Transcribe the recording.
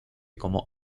como